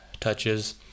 touches